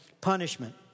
punishment